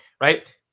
Right